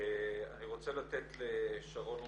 אני רוצה לתת לשרון אורשלימי,